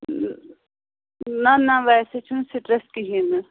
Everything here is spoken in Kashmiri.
نہَ نہَ ویسے چھُنہٕ سِٹرٛس کِہیٖنٛۍ نہٕ